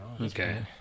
okay